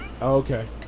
Okay